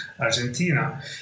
Argentina